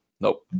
nope